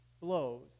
blows